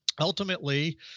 Ultimately